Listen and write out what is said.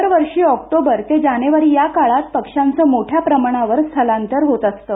दरवर्षी ऑक्टोबर ते जानेवारी या काळात पक्ष्यांचं मोठ्या प्रमाणावर स्थलांतर होत असतं